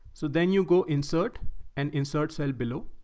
so then you go insert and insert cell below.